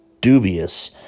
dubious